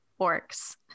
orcs